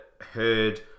Heard